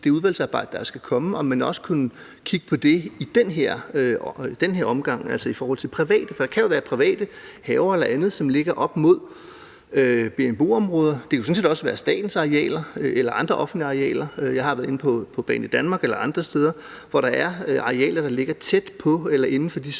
udvalgsarbejde, der skal komme, at få undersøgt, om man i den her omgang også kunne kigge på det i forhold til private, for der kan jo være private haver eller andet, som ligger op mod BNBO-områder. Det kunne sådan set også være statens arealer eller andre offentlige arealer – jeg har været inde på Banedanmark – der ligger tæt på eller inden for de